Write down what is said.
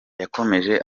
yakomeje